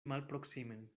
malproksimen